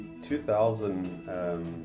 2000